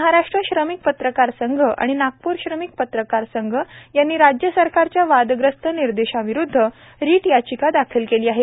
महाराष्ट्र श्रमिक पत्रकार संघ व नागपूर श्रमिक पत्रकार संघ यांनी राज्य सरकारच्या वादग्रस्त निर्देशाविरुद्ध रिट याचिका दाखल केली आहे